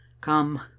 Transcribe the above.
Come